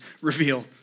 reveal